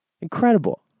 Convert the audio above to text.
incredible